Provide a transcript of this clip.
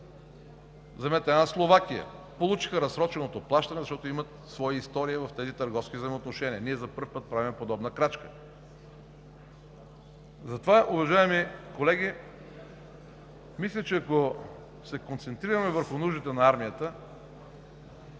Вземете една Словакия – получиха разсроченото плащане, защото имат своя история в тези търговски взаимоотношения. Ние за първи път правим подобна крачка. Уважаеми колеги, мисля, че ако се концентрираме върху нуждите на армията